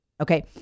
okay